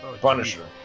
Punisher